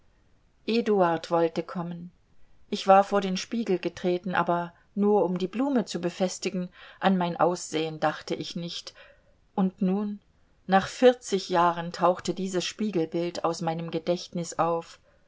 eduard wollte kommen ich war vor den spiegel getreten aber nur um die blume zu befestigen an mein aussehen dachte ich nicht und nun nach vierzig jahren tauchte dieses spiegelbild aus meinem gedächtnis auf